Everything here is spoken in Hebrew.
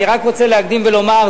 אני רק רוצה להקדים ולומר,